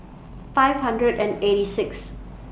five hundred and eighty Sixth